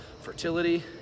fertility